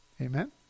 Amen